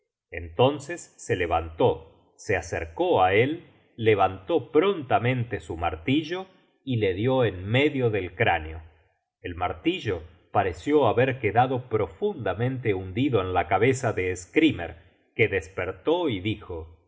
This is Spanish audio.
entonces se levantó se acercó á él levantó prontamente su martillo y le dió en medio del cráneo el martillo pareció haber quedado profundamente hundido en la cabeza de skrymer que despertó y dijo